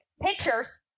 pictures